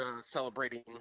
celebrating